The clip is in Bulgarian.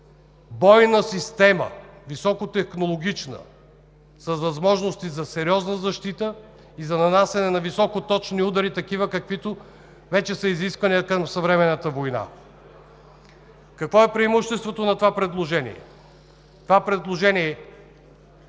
бойна система – високотехнологична, с възможности за сериозна защита и за нанасяне на високоточни удари, каквито вече са изискванията на съвременната война. Какво е преимуществото на това предложение? Това предложение и